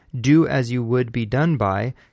do-as-you-would-be-done-by